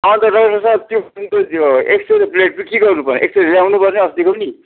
अन्त डाक्टर साब त्यो एक्सरे प्लेट चाहिँ के गर्नु पर्ने एक्सरे ल्याउनु पर्ने अस्तिको पनि